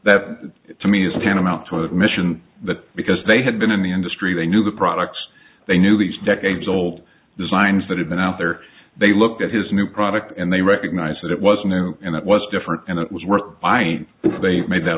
that to me is tantamount to an admission that because they had been in the industry they knew the products they knew these decades old designs that have been out there they look at his new product and they recognize that it was new and it was different and it was work i they made that